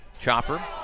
Chopper